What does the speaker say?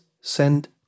send